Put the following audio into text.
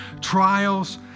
trials